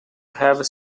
have